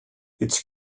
its